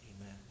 amen